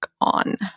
on